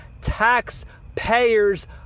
taxpayers